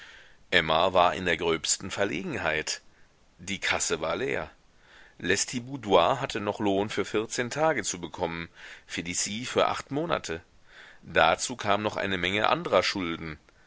emma war in der gröbsten verlegenheit die kasse war leer lestiboudois hatte noch lohn für vierzehn tage zu bekommen felicie für acht monate dazu kam noch eine menge andrer schulden